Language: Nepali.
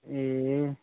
ए